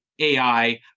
AI